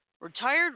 Retired